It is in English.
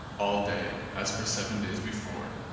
all day, as for seven days before,